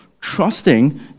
trusting